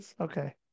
Okay